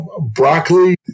broccoli